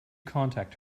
contact